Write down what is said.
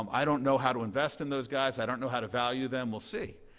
um i don't know how to invest in those guys. i don't know how to value them. we'll see.